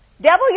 Devil